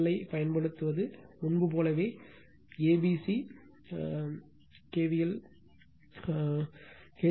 L ஐப் பயன்படுத்துவது முன்பு போலவே ஏபிசி KVL கே